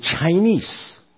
Chinese